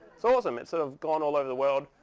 so awesome. it's sort of gone all over the world.